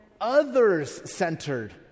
others-centered